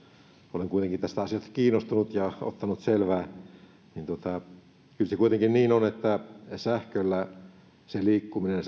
olen kuitenkin asiasta kiinnostunut ja ottanut selvää kyllä se kuitenkin niin on että sähköllä liikkuminen